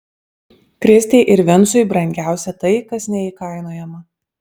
kristei ir vincui brangiausia tai kas neįkainojama